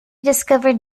discovered